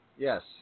Yes